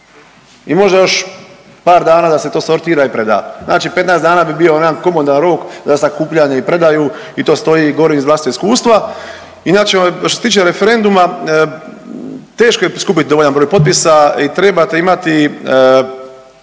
I možda još par dana da se to sortira i preda. Znači 15 dana bi bio onaj jedan komotan rok za sakupljanje i predaju i to stoji i govorim iz vlastitog iskustva. Inače, što se tiče referenduma, teško je skupiti dovoljan broj potpisa i trebate imati